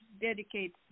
dedicate